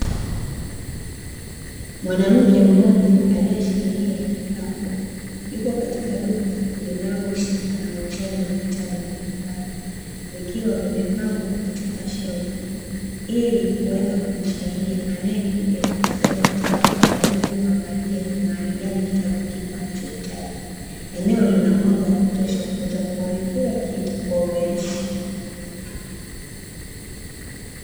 Mwanamke mmoja aliyeshikilia kikapu, yuko katika duka linalohusika na wauzaji wa vitabu mbalimbali vikiwa vimepangwa katika shelfu ili kuweza kumsaidia anayekuja kuchukua kitabu aweze kuangalia ni mahali gani kitabu kipo anachohitaji. Eneo lina mwanga wa kutosha kuweza kuona kila kitu kwa urahisi.